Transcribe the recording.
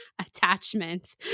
attachment